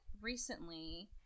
recently